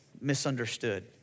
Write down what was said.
misunderstood